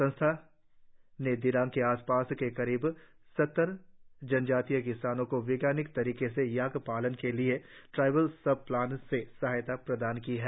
संस्थान ने दिरांग के आस पास के करीब सत्तर जनजातीय किसानों को वैज्ञानिक तरीके से याक पालन के लिए ट्राइबल सब प्लान से सहायता प्रदान की है